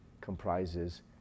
comprises